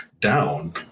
down